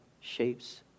shapes